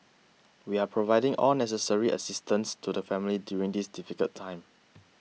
we are providing all necessary assistance to the family during this difficult time